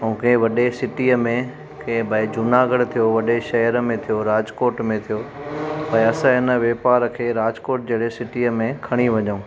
ऐं के वॾे सिटीअ में के भई जूनागढ़ थियो वॾे शहर में थियो राजकोट में थियो भई असां इन वापार खे राजकोट जहिड़े सिटीअ में खणी वञू